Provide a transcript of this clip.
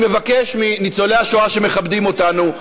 אני מבקש מניצולי השואה שמכבדים אותנו,